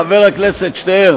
ואיך זה, חבר הכנסת שטרן,